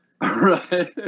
Right